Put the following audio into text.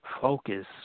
focus